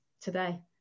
today